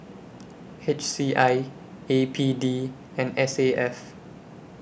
H C I A P D and S A F